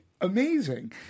amazing